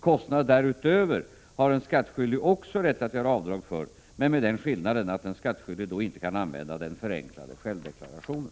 Kostnader därutöver har en skattskyldig också rätt att göra avdrag för men med den skillnaden att den skattskyldige då inte kan använda den förenklade självdeklarationen.